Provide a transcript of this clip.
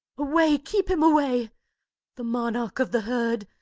away keep him away the monarch of the herd,